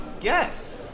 yes